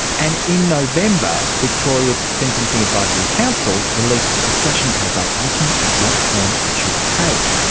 and in november victoria's sentencing advisory council released a discussion paper looking at what form it should take.